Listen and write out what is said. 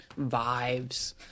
vibes